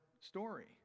story